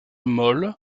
molle